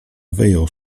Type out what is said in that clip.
wyjął